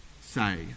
say